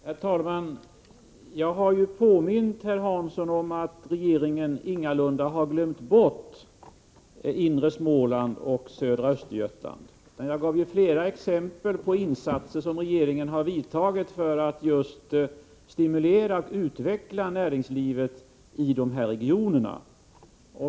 Herr talman! Jag har påmint herr Hansson om att regeringen ingalunda har glömt bort inre Småland och södra Östergötland. Jag gav flera exempel på insatser som regeringen har gjort för att just stimulera och utveckla näringslivet i dessa regioner.